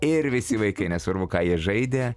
ir visi vaikai nesvarbu ką jie žaidė